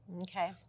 Okay